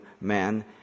man